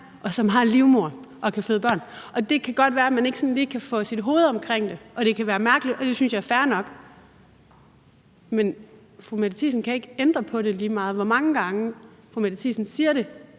og som har en livmoder og kan føde børn. Og det kan godt være, at man ikke sådan lige kan rumme det i sit hoved, og at det kan være mærkeligt, og det synes jeg er fair nok. Men fru Mette Thiesen kan ikke ændre på det, lige meget hvor mange gange fru Mette Thiesen siger det